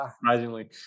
surprisingly